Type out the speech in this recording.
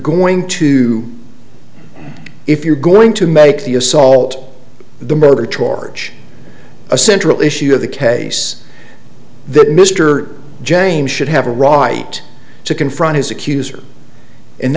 going to if you're going to make the assault the murder charge a central issue of the case then mr james should have a right to confront his accuser and